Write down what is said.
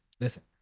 listen